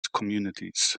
communities